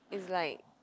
is like